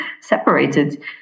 separated